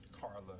Carla